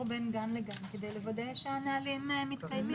בין גן לגן כדי לוודא שהנהלים מתקיימים.